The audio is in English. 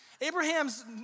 Abraham's